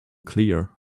clear